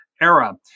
era